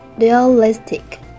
realistic